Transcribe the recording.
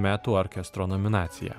metų orkestro nominacija